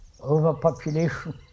overpopulation